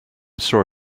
saw